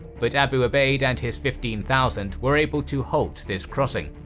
but abu ubayd and his fifteen thousand were able to halt this crossing.